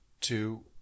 two